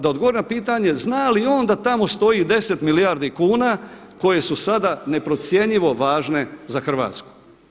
Da odgovorim na pitanje zna li on da tamo stoji 10 milijardi kuna koje su sada naprocjenjivo važne za Hrvatsku?